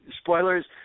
Spoilers